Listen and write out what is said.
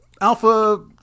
Alpha